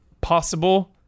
possible